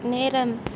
நேரம்